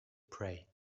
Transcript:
pray